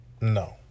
No